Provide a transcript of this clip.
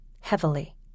heavily